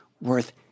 worth